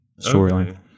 storyline